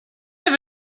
have